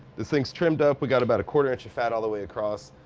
the thing's trimmed up. we got about a quarter-inch of fat all the way across.